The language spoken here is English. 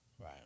right